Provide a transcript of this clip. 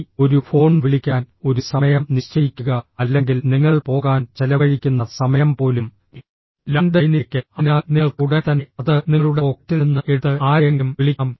പോയി ഒരു ഫോൺ വിളിക്കാൻ ഒരു സമയം നിശ്ചയിക്കുക അല്ലെങ്കിൽ നിങ്ങൾ പോകാൻ ചെലവഴിക്കുന്ന സമയം പോലും ലാൻഡ് ലൈനിലേക്ക് അതിനാൽ നിങ്ങൾക്ക് ഉടൻ തന്നെ അത് നിങ്ങളുടെ പോക്കറ്റിൽ നിന്ന് എടുത്ത് ആരെയെങ്കിലും വിളിക്കാം